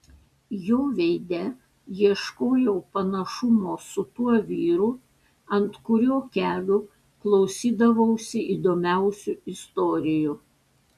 jo veide ieškojau panašumo su tuo vyru ant kurio kelių klausydavausi įdomiausių istorijų